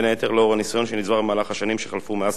הניסיון שנצבר במהלך השנים שחלפו מאז קבלתו.